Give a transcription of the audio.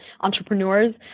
entrepreneurs